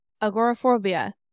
agoraphobia